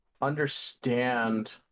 understand